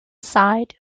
side